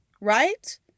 right